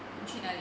你去哪里